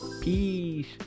Peace